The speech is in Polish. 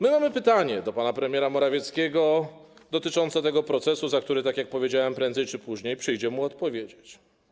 Mamy pytania do pana premiera Morawieckiego dotyczące tego procesu, za który, tak jak powiedziałem, prędzej czy później przyjdzie mu odpowiedzieć.